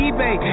Ebay